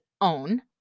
own